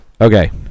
okay